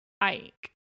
Ike